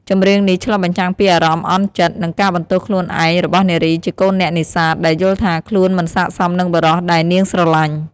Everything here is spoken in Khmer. ចម្រៀងនេះឆ្លុះបញ្ចាំងពីអារម្មណ៍អន់ចិត្ត និងការបន្ទោសខ្លួនឯងរបស់នារីជាកូនអ្នកនេសាទ ដែលយល់ថាខ្លួនមិនស័ក្តិសមនឹងបុរសដែលនាងស្រឡាញ់។